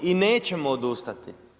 I nećemo odustati.